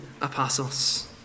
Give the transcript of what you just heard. apostles